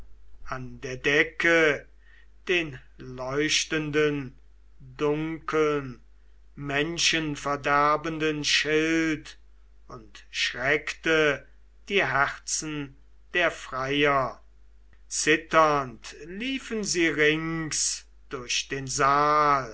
an der decke den leuchtenden dunkeln menschenverderbenden schild und schreckte die herzen der freier zitternd liefen sie rings durch den saal